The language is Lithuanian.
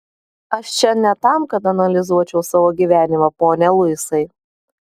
aš čia ne tam kad analizuočiau savo gyvenimą pone luisai